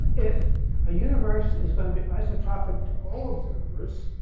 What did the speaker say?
if a universe is going to be isotropic to all observers,